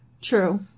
True